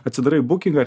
atsidarai būkigą